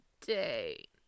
day